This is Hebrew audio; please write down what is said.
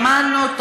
הבנו, שמענו.